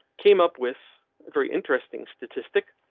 came up with very interesting statistic,